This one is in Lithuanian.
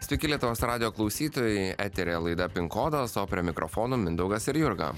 sveiki lietuvos radijo klausytojai eteryje laida pin kodas o prie mikrofonų mindaugas ir jurga